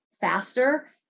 faster